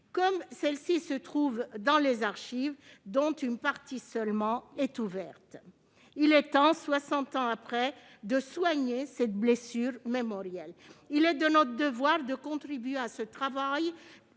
puisque celle-ci se trouve dans les archives, dont une part seulement est accessible. Il est temps, soixante ans après, de soigner cette blessure mémorielle. Il est de notre devoir de contribuer à ce travail